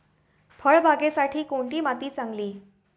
फळबागेसाठी कोणती माती चांगली?